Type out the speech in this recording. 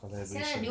collaboration